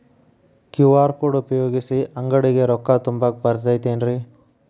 QR code ಉಪಯೋಗಿಸಿ, ಅಂಗಡಿಗೆ ರೊಕ್ಕಾ ತುಂಬಾಕ್ ಬರತೈತೇನ್ರೇ?